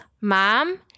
Mom